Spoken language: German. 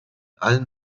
allen